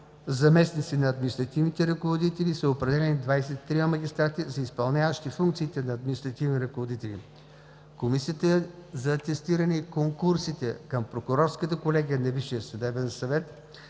заместници на административните ръководители и са определени 23 магистрати за изпълняващи функциите на административни ръководители. Комисията за атестиране и конкурсите към Прокурорската колегия на Висшия съвет